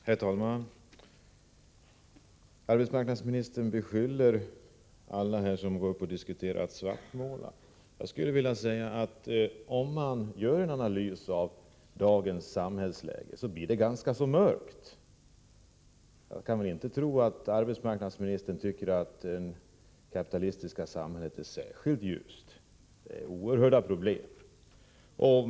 Herr talman! Arbetsmarknadsministern beskyller alla som diskuterar här för att svartmåla. Jag skulle vilja säga: Om man gör en analys av dagens samhällsläge blir det ganska mörkt. Jag kan väl inte tro att arbetsmarknadsministern tycker att det kapitalistiska samhället är särskilt ljust — det finns oerhörda problem.